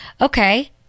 Okay